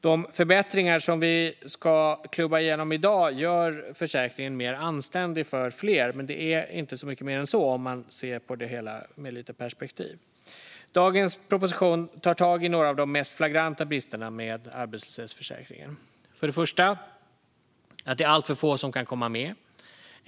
De förbättringar som vi ska klubba igenom i dag gör försäkringen mer anständig för fler, men det är inte så mycket mer än så om man ser på det hela med lite perspektiv. Dagens proposition tar tag i några av de mest flagranta bristerna med arbetslöshetsförsäkringen. För det första är det alltför få som kan komma med.